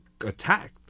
attacked